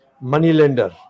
moneylender